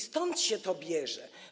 Stąd się to bierze.